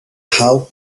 how